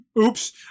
Oops